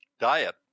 Diet